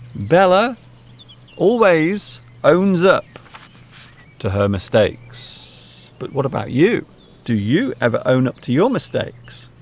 bella always owns up to her mistakes but what about you do you ever own up to your mistakes